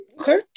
Okay